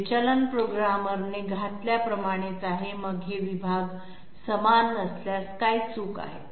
विचलन प्रोग्रामरने घातल्याप्रमाणेच आहेत मग हे विभाग समान नसल्यास काय चूक आहे